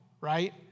right